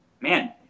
man